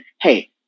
hey